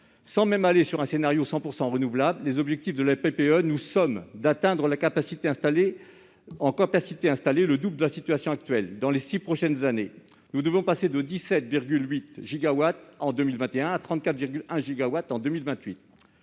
Sans même aller jusqu'à un scénario d'énergies 100 % renouvelables, les objectifs de la PPE nous somment d'atteindre en capacité installée le double de la situation actuelle. Dans les six prochaines années, nous devons passer de 17,8 gigawatts en 2021 à 34,1 gigawatts en 2028.